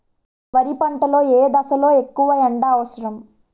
వరి పంట లో ఏ దశ లొ ఎక్కువ ఎండా అవసరం?